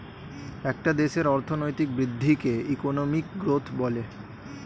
একটা দেশের অর্থনৈতিক বৃদ্ধিকে ইকোনমিক গ্রোথ বলে